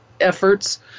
efforts